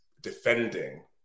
defending